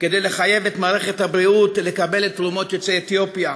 כדי לחייב את מערכת הבריאות לקבל את תרומות יוצאי אתיופיה.